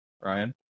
Ryan